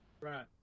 Right